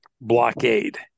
blockade